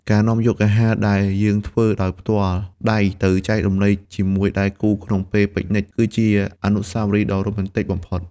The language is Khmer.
ការនាំយកអាហារដែលយើងធ្វើដោយផ្ទាល់ដៃទៅចែករំលែកជាមួយដៃគូក្នុងពេល Picnic គឺជាអនុស្សាវរីយ៍ដ៏រ៉ូមែនទិកបំផុត។